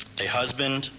a husband,